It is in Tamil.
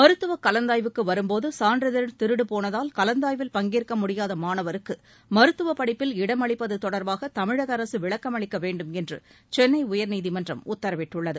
மருத்துவக் கலந்தாய்வுக்கு வரும் போது சான்றிதழ் திருடு போனதால் கலந்தாய்வில் பங்கேற்க முடியாத மாணவருக்கு மருத்துவப் படிப்பில் இடம் அளிப்பது தொடர்பாக தமிழக அரசு விளக்கமளிக்க வேண்டுமென்று சென்னை உயர்நீதிமன்றம் உத்தரவிட்டுள்ளது